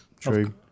true